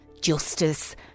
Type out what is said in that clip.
justice